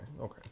okay